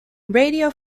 radio